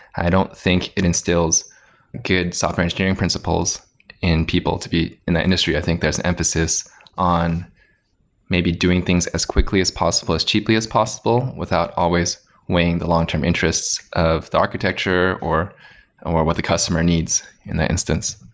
i don't think it instills good software engineering principles in people to be in the industry. i think there's an emphasis on maybe doing things as quickly as possible, as cheaply as possible without always weighing the long-term interests of the architecture or or what the customer needs in that instance.